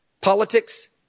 politics